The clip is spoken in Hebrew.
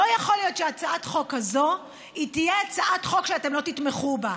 לא יכול להיות שהצעת חוק כזאת תהיה הצעת חוק שאתם לא תתמכו בה.